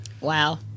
Wow